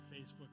Facebook